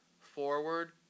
forward